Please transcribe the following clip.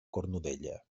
cornudella